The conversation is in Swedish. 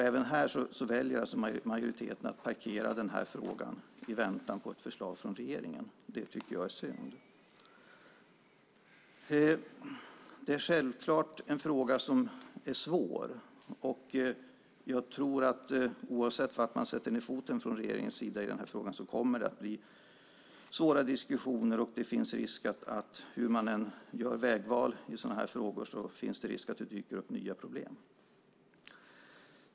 Även här väljer majoriteten att parkera frågan i väntan på ett förslag från regeringen. Jag tycker att det är synd. Det är självklart en fråga som är svår. Oavsett var man från regeringens sida sätter ned foten i den här frågan tror jag att det kommer att bli svåra diskussioner. Hur man än gör vägval i sådana här frågor finns det risk att det dyker upp nya problem.